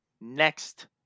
next